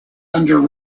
under